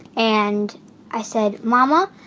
and i said, mama,